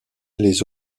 les